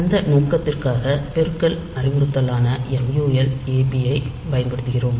அந்த நோக்கத்திற்காக பெருக்கல் அறிவுறுத்தலான mul ab ஐ பயன்படுத்துகிறோம்